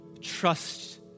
trust